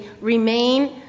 remain